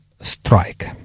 strike